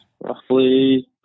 Roughly